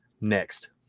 next